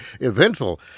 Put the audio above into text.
eventful